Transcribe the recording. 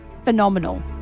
phenomenal